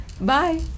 Bye